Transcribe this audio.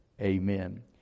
amen